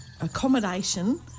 accommodation